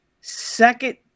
second